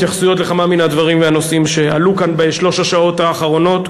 התייחסויות לכמה מן הדברים והנושאים שעלו כאן בשלוש השעות האחרונות,